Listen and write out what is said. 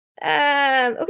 Okay